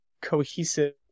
cohesive